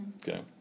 okay